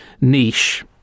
niche